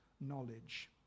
knowledge